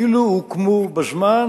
אילו הוקמו בזמן,